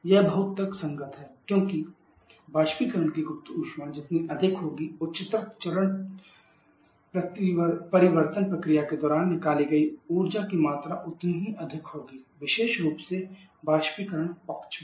यह बहुत तर्कसंगत है क्योंकि वाष्पीकरण की गुप्त ऊष्मा जितनी अधिक होगी उच्चतर चरण परिवर्तन प्रक्रिया के दौरान निकाली गई ऊर्जा की मात्रा उतनी ही अधिक होगी विशेष रूप से वाष्पीकरण पक्ष में